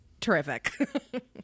terrific